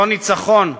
אותו ניצחון,